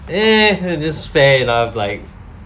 like